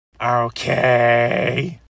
Okay